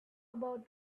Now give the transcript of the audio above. about